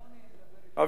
אביא בפניכם,